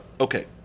Okay